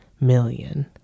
million